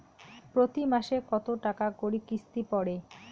প্রতি মাসে কতো টাকা করি কিস্তি পরে?